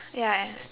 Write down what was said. ya